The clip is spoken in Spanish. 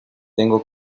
tengo